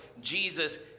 Jesus